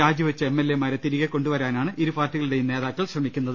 രാജിവെച്ച എം എൽ എമാരെ തിരികെ കൊണ്ടുവരാനാണ് ഇരുപാർട്ടികളുടെയും നേതാക്കൾ ശ്രമിക്കുന്നത്